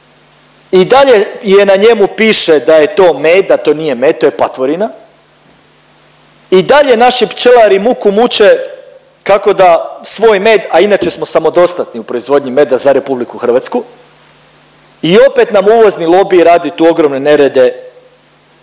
i dalje je na njemu piše da je to med, da to nije med, to je patvorina, i dalje naši pčelari muku muče kako da svoj med, a inače smo samodostatni u proizvodnji meda za RH i opet nam uvozni lobiji rade tu ogromne nerede